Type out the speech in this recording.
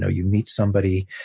know, you meet somebody.